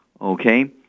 okay